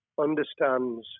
understands